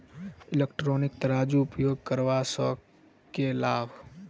Electronic तराजू उपयोग करबा सऽ केँ लाभ?